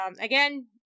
again